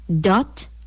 dot